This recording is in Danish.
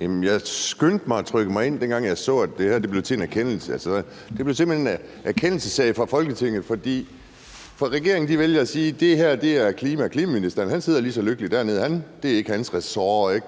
Jeg skyndte mig at trykke mig ind, da jeg hørte, at det her blev til en erkendelse. Det blev simpelt hen en erkendelsessag i Folketinget, for regeringen vælger at sige, at klimaministeren lige sidder så lykkeligt nede på sin plads, og at det ikke er hans ressort.